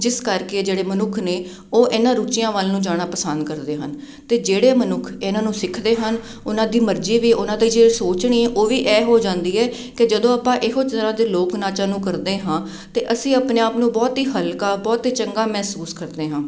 ਜਿਸ ਕਰਕੇ ਜਿਹੜੇ ਮਨੁੱਖ ਨੇ ਉਹ ਇਨ੍ਹਾਂ ਰੂਚੀਆਂ ਵੱਲ ਨੂੰ ਜਾਣਾ ਪਸੰਦ ਕਰਦੇ ਹਨ ਅਤੇ ਜਿਹੜੇ ਮਨੁੱਖ ਇਨ੍ਹਾਂ ਨੂੰ ਸਿੱਖ ਦੇ ਹਨ ਉਨ੍ਹਾਂ ਦੀ ਮਰਜ਼ੀ ਵੀ ਉਨ੍ਹਾਂ ਦੀ ਜਿਹੜੀ ਸੋਚਣੀ ਉਹ ਵੀ ਇਹ ਹੋ ਜਾਂਦੀ ਹੈ ਕਿ ਜਦੋਂ ਆਪਾਂ ਇਹੋ ਤਰ੍ਹਾਂ ਦੇ ਲੋਕ ਨਾਚਾਂ ਨੂੰ ਕਰਦੇ ਹਾਂ ਤਾਂ ਅਸੀਂ ਆਪਣੇ ਆਪ ਨੂੰ ਬਹੁਤ ਹੀ ਹਲਕਾ ਬਹੁਤ ਹੀ ਚੰਗਾ ਮਹਿਸੂਸ ਕਰਦੇ ਹਾਂ